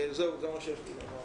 זה מה שיש לי לומר.